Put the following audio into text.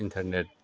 internet